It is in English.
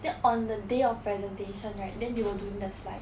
then on the day of presentation right then they were doing the slide